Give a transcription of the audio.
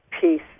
peace